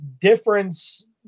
difference